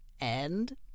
And